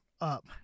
up